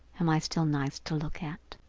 am i still nice to look at?